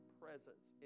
presence